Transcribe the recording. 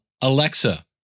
Alexa